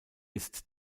ist